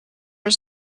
was